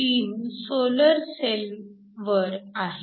3 solar cell वर आहे